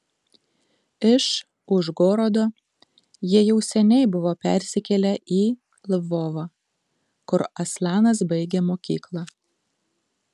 iš užgorodo jie jau seniai buvo persikėlę į lvovą kur aslanas baigė mokyklą